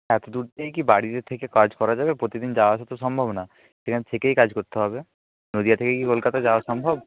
এত দূর থেকে কি বাড়িতে থেকে কাজ করা যাবে প্রতিদিন যাওয়া আসা তো সম্ভব না সেখানে থেকেই কাজ করতে হবে নদিয়া থেকে কি কলকাতা যাওয়া সম্ভব